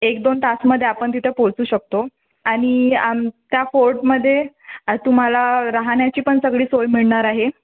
एक दोन तासामध्ये आपण तिथे पोहचू शकतो आणि आम त्या फोर्टमध्ये तुम्हाला राहण्याची पण सगळी सोय मिळणार आहे